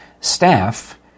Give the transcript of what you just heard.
staff